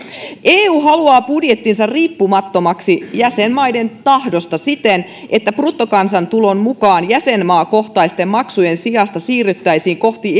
eu haluaa budjettinsa riippumattomaksi jäsenmaiden tahdosta siten että bruttokansantulon mukaan jäsenmaakohtaisten maksujen sijasta siirryttäisiin kohti